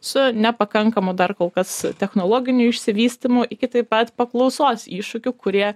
su nepakankamu dar kol kas technologiniu išsivystymu iki tai pat paklausos iššūkiu kurie